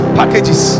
packages